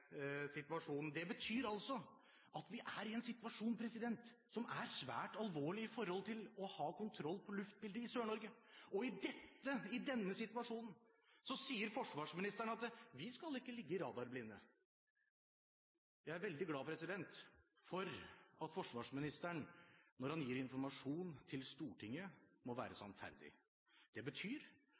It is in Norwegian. situasjonen. Det betyr at vi er i en situasjon som er svært alvorlig med tanke på å ha kontroll over luftbildet over Sør-Norge. I denne situasjonen sier forsvarsministeren at vi ikke skal ligge i radarblinde. Jeg er veldig glad for at forsvarsministeren – når han gir informasjon til Stortinget – må være sannferdig. Det betyr